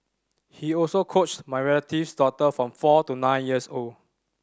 he also coached my relative's daughter from four to nine years old